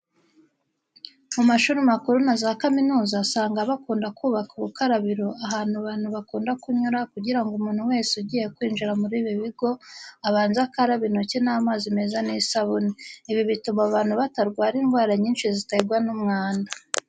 Mu mashuri makuru na za kaminuza usanga bakunda kubaka ubukarabiro ahantu abantu bakunda kunyura kugira ngo umuntu wese ugiye kwinjira muri ibi bigo, abanze akarabe intoki n'amazi meza n'isabune. Ibi bituma abantu batarwara indwara nyinshi ziterwa n'umwanda.